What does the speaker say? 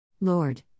Lord